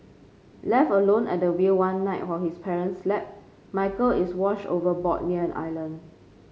left alone at the wheel one night while his parents slept Michael is washed overboard near an island